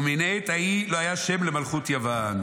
ומן העת ההיא לא היה לא היה שֵם למלכות יוון".